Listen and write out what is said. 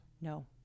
no